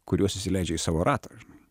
kuriuos įsileidžia į savo ratą žinai